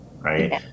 right